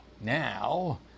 now